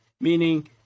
Meaning